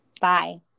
Bye